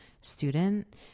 student